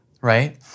right